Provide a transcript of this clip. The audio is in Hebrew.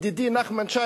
ידידי נחמן שי,